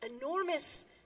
enormous